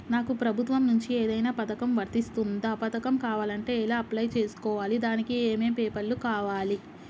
నాకు ప్రభుత్వం నుంచి ఏదైనా పథకం వర్తిస్తుందా? పథకం కావాలంటే ఎలా అప్లై చేసుకోవాలి? దానికి ఏమేం పేపర్లు కావాలి?